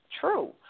true